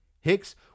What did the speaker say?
Hicks